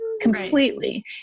completely